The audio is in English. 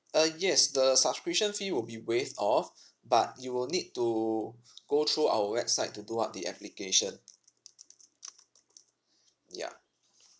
uh yes the subscription fee will be waived off but you will need to go through our website to do up the application yeah